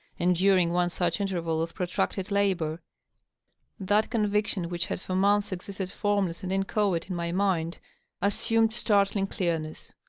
and during one such interval of protracted labor that conviction which had for months existed formless and inchoate in my mind assumed startling clearness.